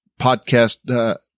podcast